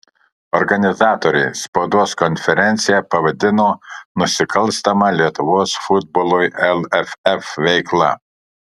organizatoriai spaudos konferenciją pavadino nusikalstama lietuvos futbolui lff veikla